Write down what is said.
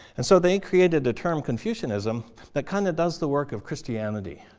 and so they created a term confucianism that kind of does the work of christianity.